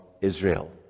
Israel